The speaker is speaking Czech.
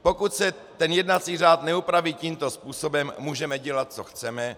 Pokud se jednací řád neupraví tímto způsobem, můžeme dělat co chceme.